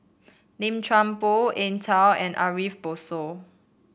Lim Chuan Poh Eng Tow and Ariff Bongso